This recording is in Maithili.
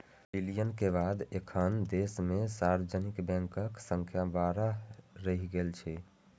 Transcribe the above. विलय के बाद एखन देश मे सार्वजनिक बैंकक संख्या बारह रहि गेल छै